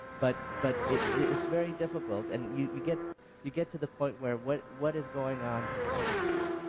but but it's very difficult and you get you get to the point where what what is going on here basically?